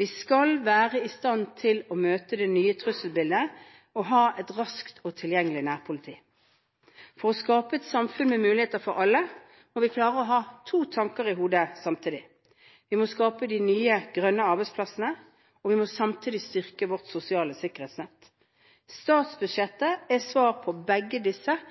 Vi skal være i stand til å møte det nye trusselbildet og ha et raskt og tilgjengelig nærpoliti. For å skape et samfunn med muligheter for alle må vi klare å ha to tanker i hodet samtidig. Vi må skape de nye, grønne arbeidsplassene og samtidig styrke vårt sosiale sikkerhetsnett. Statsbudsjettet er et svar på begge disse